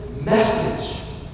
message